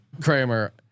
Kramer